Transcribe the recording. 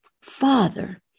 Father